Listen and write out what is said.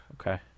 Okay